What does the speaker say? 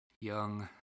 young